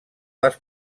les